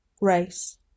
RACE